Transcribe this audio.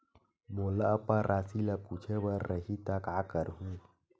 मोला अपन राशि ल पूछे बर रही त का करहूं?